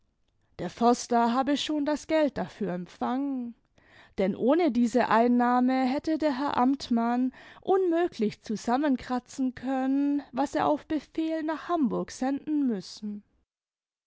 der förster habe schon das geld dafür empfangen denn ohne diese einnahme hätte der herr amtmann unmöglich zusammenkratzen können was er auf befehl nach hamburg senden müssen